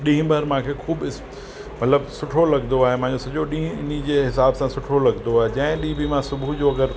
ॾींहुं भर मूंखे ख़ूबु इस मतिलबु सुठो लॻंदो आहे मुंहिंजो सॼो ॾी इन जे हिसाब सां सुठो लॻंदो आहे जंहिं ॾींहं बि मां सुबुह जो अगरि